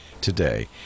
today